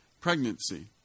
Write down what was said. Pregnancy